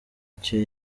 icyo